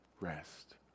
rest